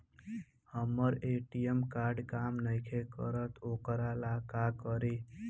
हमर ATM card काम नईखे करत वोकरा ला का करी?